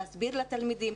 להסביר לתלמידים,